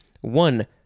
One